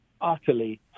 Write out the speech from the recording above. utterly